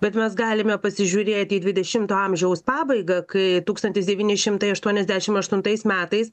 bet mes galime pasižiūrėti į dvidešimto amžiaus pabaigą kai tūkstantis devyni šimtai aštuoniasdešim aštuntais metais